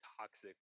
toxic